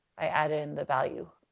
i add in the value.